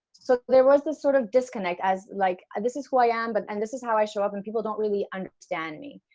so there was this sort of disconnect, as like, and this is who i am, but and this is how i show up, and people don't really understand me.